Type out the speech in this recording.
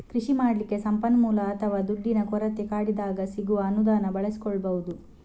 ಕೃಷಿ ಮಾಡ್ಲಿಕ್ಕೆ ಸಂಪನ್ಮೂಲ ಅಥವಾ ದುಡ್ಡಿನ ಕೊರತೆ ಕಾಡಿದಾಗ ಸಿಗುವ ಅನುದಾನ ಬಳಸಿಕೊಳ್ಬಹುದು